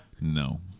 No